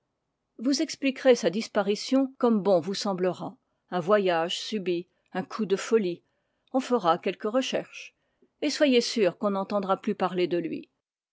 vous expliquerez sa disparition comme bon vous semblera un voyage subit un coup de folie on fera quelques recherches et soyez sûr qu'on n'entendra plus parler de lui